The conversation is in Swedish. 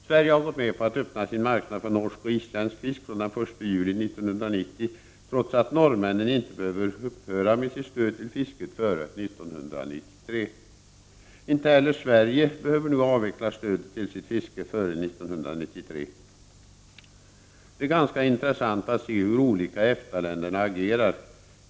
Sverige har gått med på att öppna sin marknad för norsk och isländsk fisk från den 1 juli 1990 trots att norrmännen inte behöver upphöra med sitt stöd till fisket före 1993. Inte heller Sverige behöver nu avveckla stödet till sitt fiske före 1993. Det är ganska intressant att se hur olika EFTA-länderna agerar.